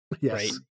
Yes